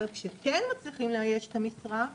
אבל כשכן מצליחים לאייש את המשרה,